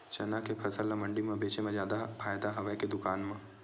चना के फसल ल मंडी म बेचे म जादा फ़ायदा हवय के दुकान म?